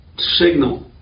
Signal